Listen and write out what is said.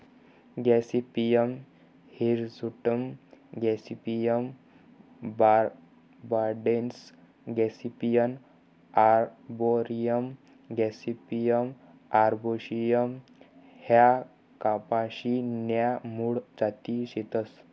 Gossypium hirsutum gossypium barbadense gossypium arboreum gossypium herbaceum ह्या कपाशी न्या मूळ जाती शेतस